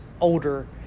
older